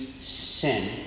sin